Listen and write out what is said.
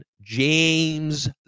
James